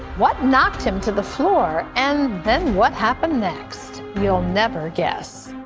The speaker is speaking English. what knocked him to the floor and then what happened next? you will never guess